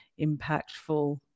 impactful